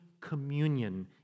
communion